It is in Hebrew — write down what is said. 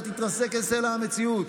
אתה תתרסק על סלע המציאות.